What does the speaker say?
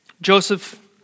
Joseph